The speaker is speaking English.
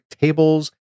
tables